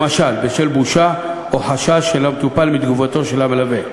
למשל בשל בושה או חשש של המטופל מתגובתו של המלווה.